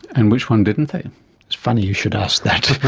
and which one didn't they? it's funny you should ask that,